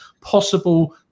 possible